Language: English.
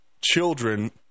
children